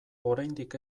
oraindik